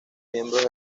miembros